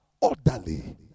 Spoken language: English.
orderly